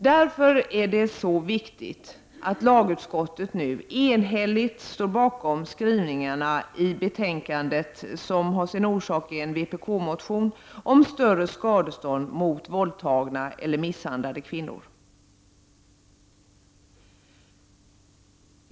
Därför är det mycket viktigt att ett enhälligt lagutskott står bakom skrivningarna i betänkandet, vilka har föranletts av en motion från oss i vpk där vi begär ett större skadestånd till våldtagna eller misshandlade kvinnor.